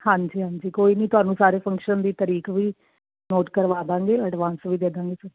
ਹਾਂਜੀ ਹਾਂਜੀ ਕੋਈ ਨਹੀਂ ਤੁਹਾਨੂੰ ਸਾਰੇ ਫੰਕਸ਼ਨ ਦੀ ਤਰੀਕ ਵੀ ਨੋਟ ਕਰਵਾ ਦਾਂਗੇ ਐਡਵਾਂਸ ਵੀ ਦੇ ਦਾਂਗੇ ਫਿਰ